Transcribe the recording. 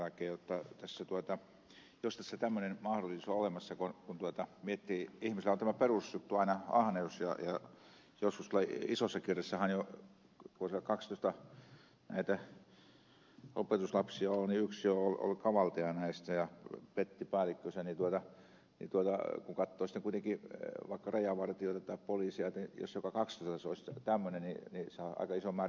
kun miettii sitä että ihmisellä on tämä perusjuttu aina ahneus ja sitä että jo tuossa isossa kirjassahan kun kaksitoista näitä opetuslapsia oli niin yksi jo oli kavaltaja näistä ja petti päällikkönsä niin kun katsoo vaikka rajavartijoita tai poliisia niin jos joka kahdestoista olisi tämmöinen niin sehän on aika iso määrä